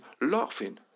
laughing